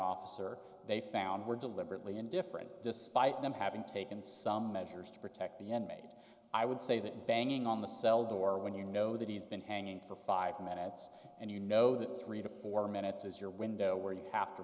officer they found were deliberately indifferent despite them having taken some measures to protect the end made i would say that banging on the cell door when you know that he's been hanging for five minutes and you know that three to four minutes is your window where you have to